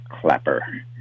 Clapper